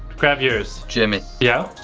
grab yours. jimmy. yeah?